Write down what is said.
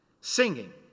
singing